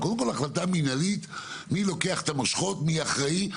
החלטה מינהלית מי לוקח את המושכות ומי אחראי.